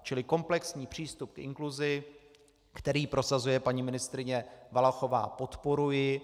Čili komplexní přístup k inkluzi, který prosazuje paní ministryně Valachová, podporuji.